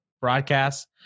broadcast